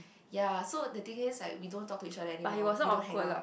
ya so the thing is like we don't talk to each other anymore we don't hang out